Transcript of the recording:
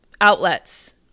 outlets